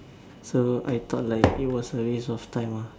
so I thought like it was a waste of time ah